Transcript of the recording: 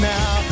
Now